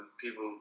people